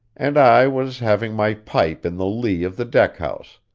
and i was having my pipe in the lee of the deck-house,